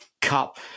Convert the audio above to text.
Cup